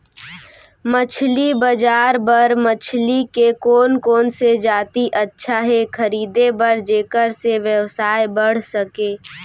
मछली बजार बर मछली के कोन कोन से जाति अच्छा हे खरीदे बर जेकर से व्यवसाय बढ़ सके?